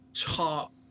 top